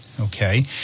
okay